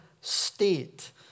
state